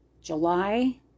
July